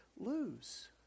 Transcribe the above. lose